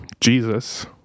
Jesus